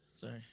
Sorry